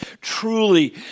truly